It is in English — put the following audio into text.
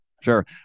Sure